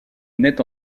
naît